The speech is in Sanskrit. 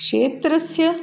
क्षेत्रस्य